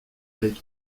avec